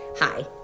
Hi